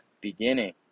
beginning